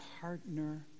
partner